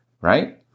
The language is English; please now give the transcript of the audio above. right